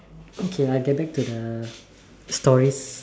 okay I get back to the stories